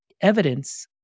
evidence